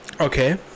Okay